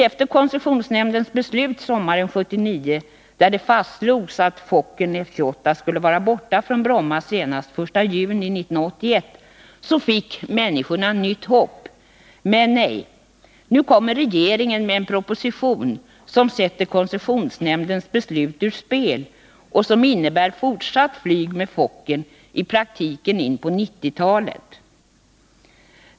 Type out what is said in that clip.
Efter koncessionsnämndens beslut sommaren 1979, där det fastslogs att Fokker F 28 skulle vara borta från Bromma den 1 juni 1981, fick människorna nytt hopp. Men nu kommer regeringen med en proposition som sätter koncessionsnämndens beslut ur spel och som innebär fortsatt flyg med Fokkern, i praktiken in på 1990-talet.